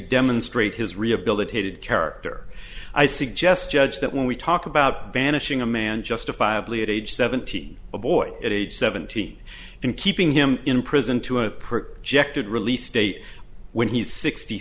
demonstrate his rehabilitated character i suggest judge that when we talk about banishing a man justifiably at age seventeen a boy at age seventeen and keeping him in prison to a projected release date when he's sixty